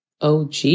OG